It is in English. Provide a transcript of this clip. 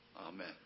Amen